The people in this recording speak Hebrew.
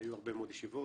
היו הרבה מאוד ישיבות,